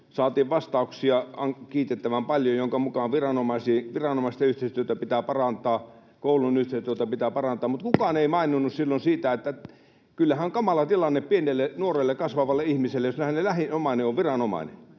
saatiin vastauksia kiitettävän paljon, minkä mukaan viranomaisten yhteistyötä pitää parantaa, koulun yhteistyötä pitää parantaa, mutta kukaan ei maininnut silloin siitä, että kyllähän on kamala tilanne pienelle, nuorelle, kasvavalle ihmiselle, jos hänen lähin omainen on viranomainen.